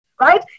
Right